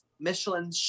Michelin